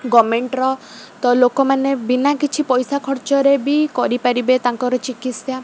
ଗଭର୍ନମେଣ୍ଟର ତ ଲୋକମାନେ ବିନା କିଛି ପଇସା ଖର୍ଚ୍ଚରେ ବି କରିପାରିବେ ତାଙ୍କର ଚିକିତ୍ସା